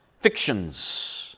fictions